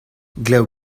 glav